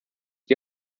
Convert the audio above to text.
die